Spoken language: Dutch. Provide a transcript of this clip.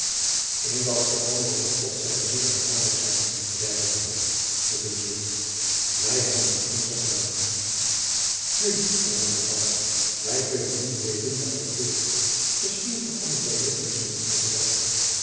in dat geval moge god zijner ziele genadig zijn zeide verhoef met een zucht wy hebben het onze gedaan nu hernam de kapper wy kunnen niet weten wat er gebeurt misschien verandert de ritmeester nog van gedachte